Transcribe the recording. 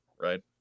Right